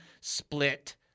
split